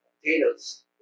potatoes